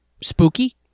Spooky